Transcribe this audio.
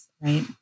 right